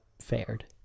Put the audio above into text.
fared